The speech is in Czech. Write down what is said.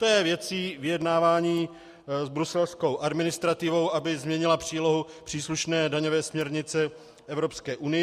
To je věcí vyjednávání s bruselskou administrativou, aby změnila přílohu příslušné daňové směrnice Evropské unie.